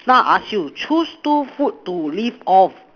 now I ask you choose two food to live of